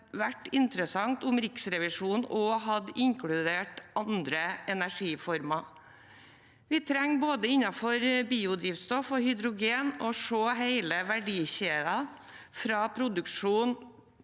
vært interessant om Riksrevisjonen også hadde inkludert andre energiformer. Innenfor både biodrivstoff og hydrogen trenger vi å se hele verdikjeden fra produksjon